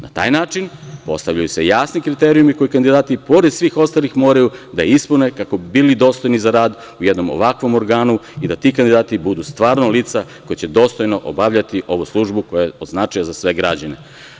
Na taj način postavljaju se jasni kriterijumi koje kandidati, pored svih ostalih, moraju da ispune kako bi bili dostojni za rad u jednom ovakvom organu i da ti kandidati budu stvarno lica koja će dostojno obavljati ovu službu koja je od značaja za sve građane.